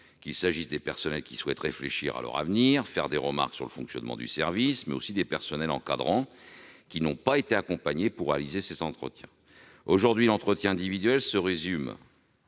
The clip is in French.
qu'il s'agisse des personnels souhaitant réfléchir à leur avenir et formuler des remarques sur le fonctionnement du service, ou des personnels encadrants, qui n'ont pas été accompagnés pour réaliser ces entretiens. Aujourd'hui, l'entretien individuel se résume